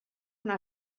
una